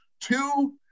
two